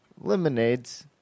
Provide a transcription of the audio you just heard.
lemonades